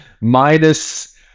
minus